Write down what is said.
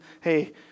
hey